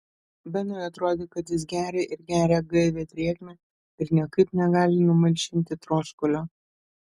benui atrodė kad jis geria ir geria gaivią drėgmę ir niekaip negali numalšinti troškulio